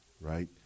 right